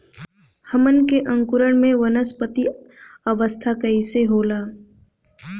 हमन के अंकुरण में वानस्पतिक अवस्था कइसे होला?